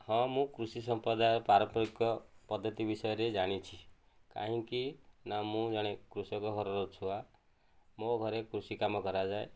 ହଁ ମୁଁ କୃଷି ସମ୍ପ୍ରଦାୟର ପାରମ୍ପରିକ ପଦ୍ଧତି ବିଷୟରେ ଜାଣିଛି କାହିଁକି ନା ମୁଁ ଜଣେ କୃଷକ ଘରର ଛୁଆ ମୋ ଘରେ କୃଷି କାମ କରାଯାଏ